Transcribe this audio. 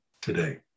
today